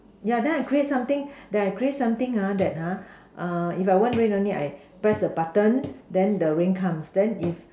yeah then I create something then I create something ha that ha if it won't rain only I press the button then the rain comes then if